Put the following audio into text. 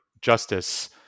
justice